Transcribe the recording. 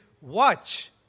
watch